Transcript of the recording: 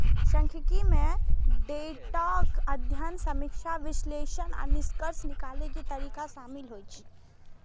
सांख्यिकी मे डेटाक अध्ययन, समीक्षा, विश्लेषण आ निष्कर्ष निकालै के तरीका शामिल होइ छै